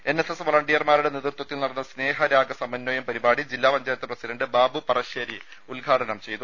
N S S വളണ്ടിയർമാരുടേ നേതൃത്വത്തിൽ നടന്ന സ്നേഹ രാഗ സമമ്പയം പരിപാടി ജില്ലാ പഞ്ചായത്ത് പ്രസിഡന്റ് ബാബു പറശ്ശേരി ഉദ്ഘാടനം ചെയ്തു